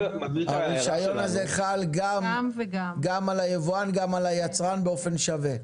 הרישיון הזה חל גם על היבואן וגם על היצרן באופן שווה.